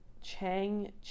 Chang